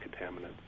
contaminants